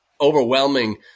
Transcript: overwhelming